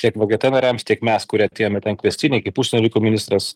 tiek vgt nariams tiek mes kurie atėjome ten kviestiniai kaip užsienio reikalų ministras